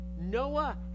Noah